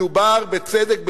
מדובר בצדק בסיסי.